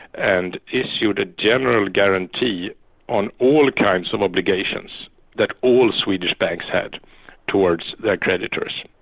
and issued a general guarantee on all kinds of obligations that all swedish banks had towards their creditors.